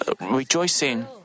rejoicing